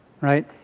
right